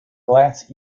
glass